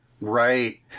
Right